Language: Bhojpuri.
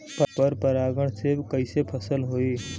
पर परागण से कईसे फसल होई?